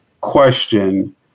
question